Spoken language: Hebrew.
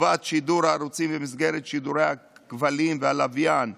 חובת שידור ערוצים במסגרת שידורי הכבלים והלוויין,